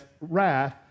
wrath